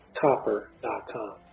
copper.com